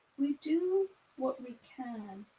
we do what we can